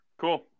Cool